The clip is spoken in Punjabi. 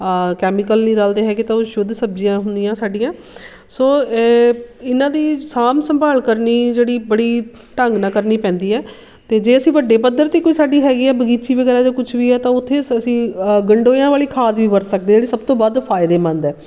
ਕੈਮੀਕਲ ਨਹੀਂ ਰਲਦੇ ਹੈਗੇ ਤਾਂ ਉਹ ਸ਼ੁੱਧ ਸਬਜ਼ੀਆਂ ਹੁੰਦੀਆਂ ਸਾਡੀਆਂ ਸੋ ਇਹਨਾਂ ਦੀ ਸਾਂਭ ਸੰਭਾਲ ਕਰਨੀ ਜਿਹੜੀ ਬੜੀ ਢੰਗ ਨਾਲ਼ ਕਰਨੀ ਪੈਂਦੀ ਹੈ ਅਤੇ ਜੇ ਅਸੀਂ ਵੱਡੇ ਪੱਧਰ ਦੀ ਕੋਈ ਸਾਡੀ ਹੈਗੀ ਹੈ ਬਗ਼ੀਚੀ ਵਗੈਰਾ ਜਾਂ ਕੁਝ ਵੀ ਹੈ ਤਾਂ ਉੱਥੇ ਅਸੀਂ ਗੰਡੋਇਆਂ ਵਾਲੀ ਖਾਦ ਵੀ ਵਰਤ ਸਕਦੇ ਹਾਂ ਜਿਹੜੀ ਸਭ ਤੋਂ ਵੱਧ ਫਾਇਦੇਮੰਦ ਹੈ